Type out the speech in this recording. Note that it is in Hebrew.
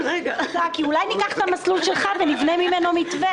אולי ניקח את המסלול שלך ונבנה ממנו מתווה?